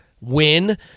win